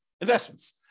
investments